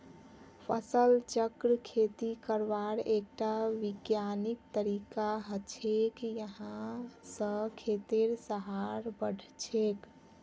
फसल चक्र खेती करवार एकटा विज्ञानिक तरीका हछेक यहा स खेतेर सहार बढ़छेक